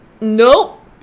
nope